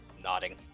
nodding